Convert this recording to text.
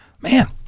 Man